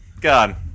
god